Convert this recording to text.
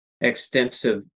extensive